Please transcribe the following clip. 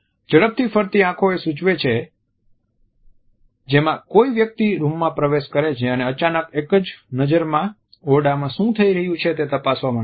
ઝડપથી ફરતી આંખો એ સૂચવે છે જેમાં કોઈ વ્યક્તિ રૂમમાં પ્રવેશ કરે છે અને અચાનક એક જ નજરમાં ઓરડામાં શું થઈ રહ્યું છે તે તપાસવા માંગે છે